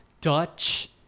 Dutch